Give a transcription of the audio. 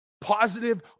positive